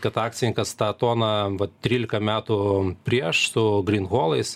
kad akcininkas tą toną vat trylika metų prieš su grinholais